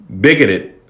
bigoted